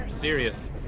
serious